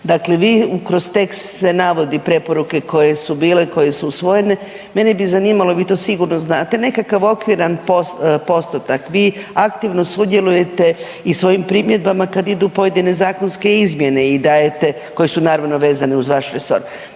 Dakle, vi kroz tekst navodi preporuke koje su bile i koje su usvojene, mene bi zanimalo vi to sigurno znate, nekakav okviran postotak vi aktivno sudjelujete i svojim primjedbama kad idu pojedine zakonske izmjene i dajete, koje su naravno vezane uz vaš resor,